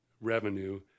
revenue